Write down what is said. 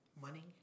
Money